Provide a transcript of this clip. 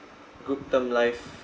good term life